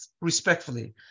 respectfully